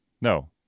No